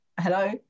hello